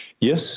Yes